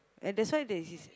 and that's why they